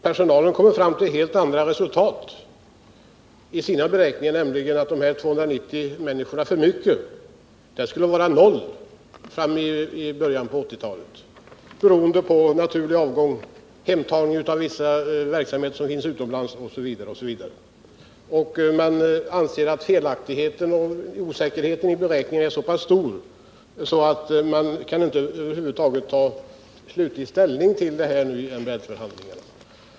Personalen kommer till helt andra resultat i sina beräkningar, nämligen att överskottet på 290 personer skulle vara noll i början på 1980-talet beroende på naturlig avgång, hemtagning av viss verksamhet som nu bedrivs utomlands, osv. Man anser att felaktigheten och osäkerheten i beräkningarna är så stor att man inte nu kan ta slutlig ställning till denna fråga i MBL-förhandlingar.